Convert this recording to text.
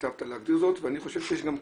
היטבת להגדיר זאת ואני חושב שיש גם קשר,